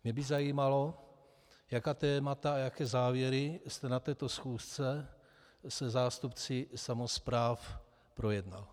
Mě by zajímalo, jaká témata a jaké závěry jste na této schůzce se zástupci samospráv projednal.